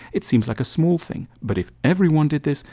it seems like a small thing. but if everyone did this,